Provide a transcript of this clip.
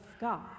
God